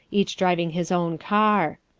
each driving his own car.